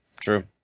True